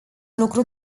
lucru